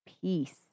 peace